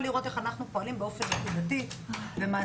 ולראות איך אנחנו פועלים באופן נקודתי במקומות שיש